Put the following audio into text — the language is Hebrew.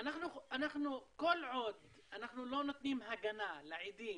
כל עוד אנחנו לא נותנים הגנה לעדים,